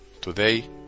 today